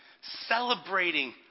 celebrating